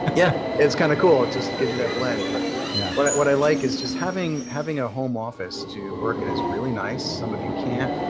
yeah, its kind of cool. it just gives you that blend. but yeah what what i like is just having having a home office to work in is really nice. some of you can't.